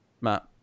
Matt